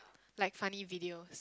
like funny video